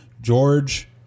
George